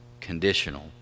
conditional